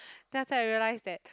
then after I realised that